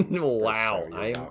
Wow